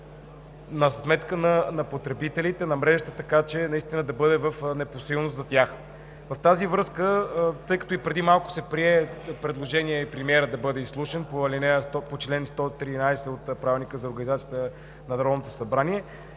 за сметка на потребителите на мрежата, така че наистина да бъде в непосилност за тях. В тази връзка, тъй като преди малко се прие предложение премиерът да бъде изслушан по чл. 113 от Правилника за организацията и дейността на Народното събрание,